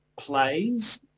plays